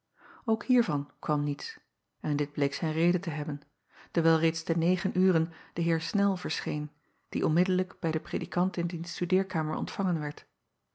ok hiervan kwam niets en dit bleek zijn reden te hebben dewijl reeds te negen uren de eer nel verscheen die onmiddellijk bij den predikant in diens studeerkamer ontvangen werd